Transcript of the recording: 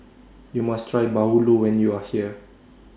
YOU must Try Bahulu when YOU Are here